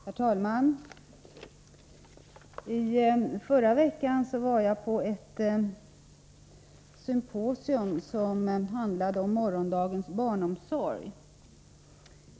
Herr talman! Förra veckan var jag på ett symposium som handlade om morgondagens barnomsorg.